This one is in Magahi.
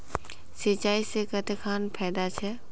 सिंचाई से कते खान फायदा छै?